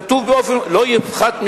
כתוב: לא יפחת משניים,